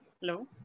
Hello